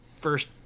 first